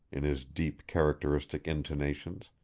in his deep, characteristic intonations,